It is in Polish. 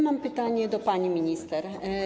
Mam pytanie do pani minister.